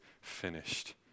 finished